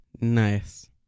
Nice